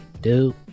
dude